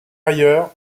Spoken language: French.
ailleurs